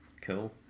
cool